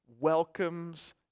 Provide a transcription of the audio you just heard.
welcomes